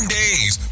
days